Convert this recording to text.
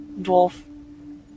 dwarf